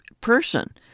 person